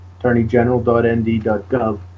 attorneygeneral.nd.gov